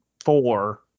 four